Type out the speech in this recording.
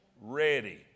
Ready